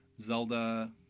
Zelda